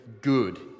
good